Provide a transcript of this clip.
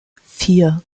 vier